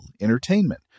entertainment